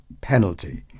penalty